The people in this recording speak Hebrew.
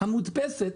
המודפסת,